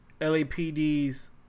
LAPD's